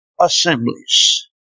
assemblies